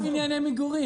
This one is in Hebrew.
לא בבנייני מגורים.